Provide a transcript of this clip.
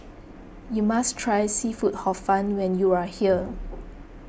you must try Seafood Hor Fun when you are here